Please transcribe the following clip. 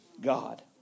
God